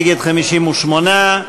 נגד, 58,